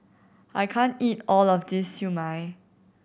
I can't eat all of this Siew Mai